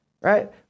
right